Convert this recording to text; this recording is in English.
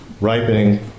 ripening